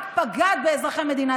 רק פגעת באזרחי מדינת ישראל.